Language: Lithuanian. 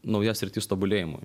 nauja sritis tobulėjimui